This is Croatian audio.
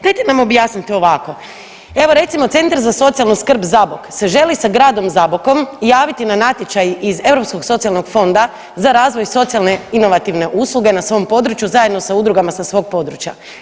Dajete nam objasnite ovako, evo recimo Centar za socijalnu skrb Zabok se želi sa gradom Zabokom javiti na natječaj iz Europskog socijalnog fonda za razvoj socijalne inovativne usluge na svom području zajedno sa udrugama sa svog područja.